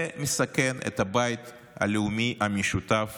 זה מסכן את הבית הלאומי המשותף